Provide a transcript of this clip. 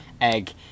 egg